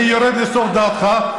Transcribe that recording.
אני יורד לסוף דעתך,